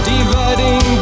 Dividing